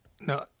No